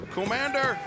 Commander